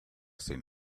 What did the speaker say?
seen